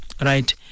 right